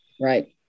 Right